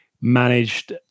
managed